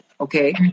Okay